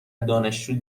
دانشجو